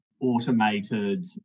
automated